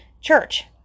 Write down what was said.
church